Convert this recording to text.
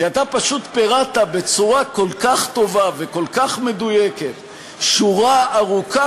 כי אתה פשוט פירטת בצורה כל כך טובה וכל כך מדויקת שורה ארוכה